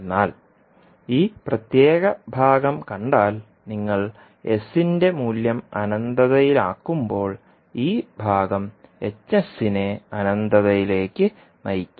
എന്നാൽ ഈ പ്രത്യേക ഭാഗം കണ്ടാൽ നിങ്ങൾ sന്റെ മൂല്യം അനന്തതയിലാക്കുമ്പോൾ ഈ ഭാഗം നെ അനന്തതയിലേക്ക് നയിക്കും